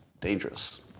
Dangerous